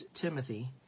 Timothy